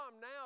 now